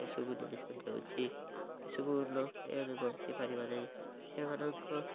ଏସବୁ ଜିନିଷ ଦେଉଛି ଏସବୁ ନ ଆମେ ବଞ୍ଚିପାରିବା ନାହିଁ ସେମାନଙ୍କ